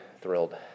thrilled